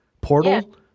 portal